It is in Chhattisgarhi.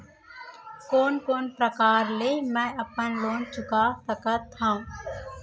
कोन कोन प्रकार ले मैं अपन लोन चुका सकत हँव?